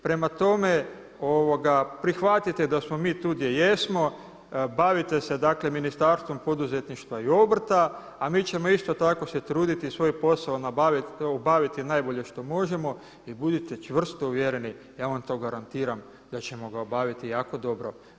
Prema tome, prihvatite da smo mi tu gdje jesmo, bavite se dakle Ministarstvom poduzetništva i obrta, a mi ćemo isto tako se truditi svoj posao obaviti najbolje što možemo i budite čvrsto uvjereni ja vam to garantiram da ćemo ga obaviti jako dobro.